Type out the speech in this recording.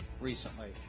recently